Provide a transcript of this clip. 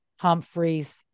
Humphreys